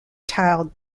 tard